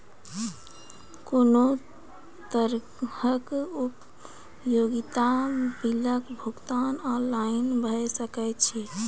कुनू तरहक उपयोगिता बिलक भुगतान ऑनलाइन भऽ सकैत छै?